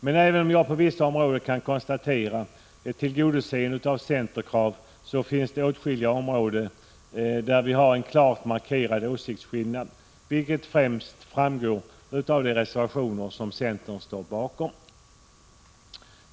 Men även om jag på vissa områden kan konstatera ett tillgodoseende av centerkrav, så finns det i åtskilliga hänseenden en klart markerad åsiktsskillnad, vilket främst framgår av de reservationer som centern står bakom.